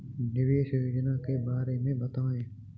निवेश योजना के बारे में बताएँ?